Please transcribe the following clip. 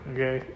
Okay